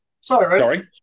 sorry